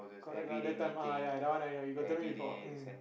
correct lah that time ya that one I know you got tell me before mm